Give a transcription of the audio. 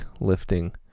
lifting